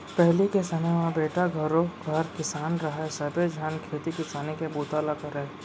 पहिली के समे म बेटा घरों घर किसान रहय सबे झन खेती किसानी के बूता ल करयँ